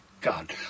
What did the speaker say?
God